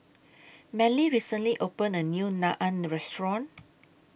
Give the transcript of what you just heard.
Manley recently opened A New Naan Restaurant